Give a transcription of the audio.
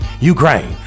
Ukraine